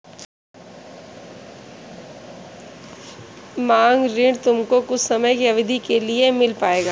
मांग ऋण तुमको कुछ समय की अवधी के लिए ही मिल पाएगा